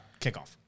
kickoff